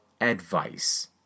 advice